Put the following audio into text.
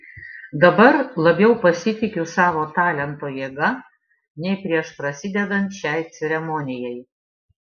dabar labiau pasitikiu savo talento jėga nei prieš prasidedant šiai ceremonijai